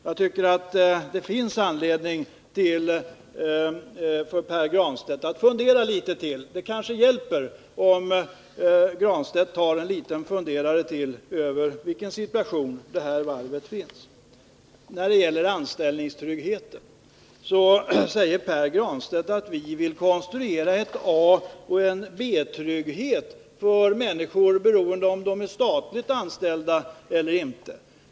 Jag tycker att det finns anledning för Pär Granstedt att fundera litet — det kanske hjälper om han tar sig en funderare till över vilken situation detta varv har. När det gäller anställningstryggheten säger Pär Granstedt att vi vill konstruera en A och en B-trygghet för människor, beroende på om de är statligt anställda eller inte.